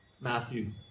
Matthew